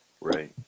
Right